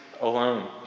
alone